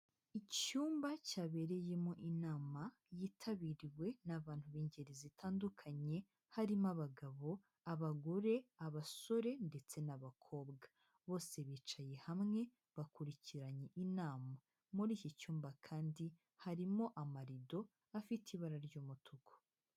Icyumba cyabereyemo inama yitabiriwe n'abantu b'ingeri zitandukanye, harimo abagabo, abagore, abasore ndetse n'abakobwa, bose bicaye hamwe bakurikiranye inama muri iki cyumba kandi harimo amarido afite ibara ry'umutuku.